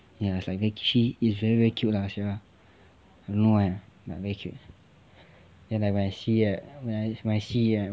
ya it's like she is very very cute lah I don't know why very cute ya like when I see right when I when I see right